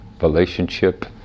relationship